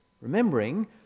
Remembering